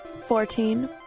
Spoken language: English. Fourteen